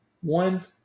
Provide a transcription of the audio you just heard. One